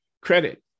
credit